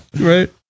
Right